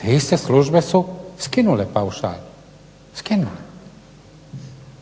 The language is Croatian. te iste službe su skinule paušal. Gdje